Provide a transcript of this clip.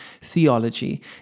theology